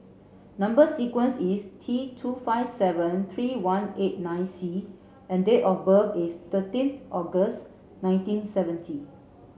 number sequence is T two five seven three one eight nine C and date of birth is thirteenth August nineteen seventy